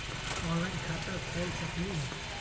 Online खाता खोल सकलीह?